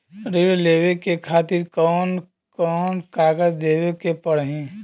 ऋण लेवे के खातिर कौन कोन कागज देवे के पढ़ही?